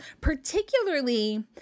particularly